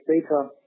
data